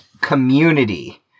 community